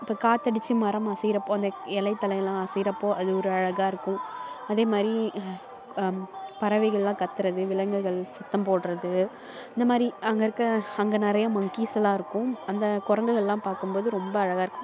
இப்போ காற்றடிச்சு மரம் அசைகிறப்போ அந்த இலை தழைகள்லாம் அசைகிறப்போ அது ஒரு அழகாக இருக்கும் அதே மாதிரி பறவைகள்லாம் கத்துவது விலங்குகள் சத்தம் போடுறது இந்த மாதிரி அங்கே இருக்க அங்கே நிறைய மங்கீஸ் எல்லாம் இருக்கும் அந்த குரங்குகள்லாம் பார்க்கும் போது ரொம்ப அழகாக இருக்கும்